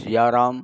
Siyaram